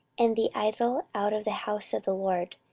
and the idol out of the house of the lord,